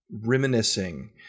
reminiscing